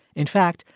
in fact,